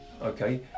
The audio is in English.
Okay